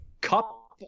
cup